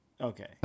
Okay